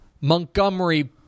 Montgomery